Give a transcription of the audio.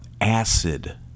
Acid